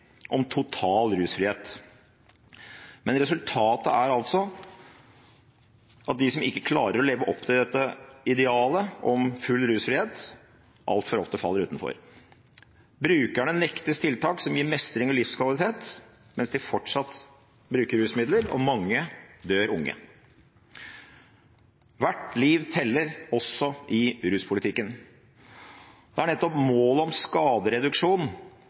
om total rusfrihet. Men resultatet er at de som ikke klarer å leve opp til dette idealet om full rusfrihet, altfor ofte faller utenfor. Brukerne nektes tiltak som gir mestring og livskvalitet mens de fortsatt bruker rusmidler, og mange dør unge. Hvert liv teller, også i ruspolitikken. Det er nettopp målet om skadereduksjon